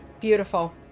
Beautiful